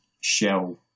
Shell